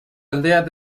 aldeas